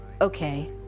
Okay